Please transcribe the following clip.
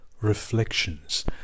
Reflections